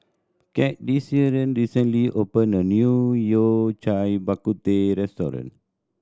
Cadence recently opened a new Yao Cai Bak Kut Teh restaurant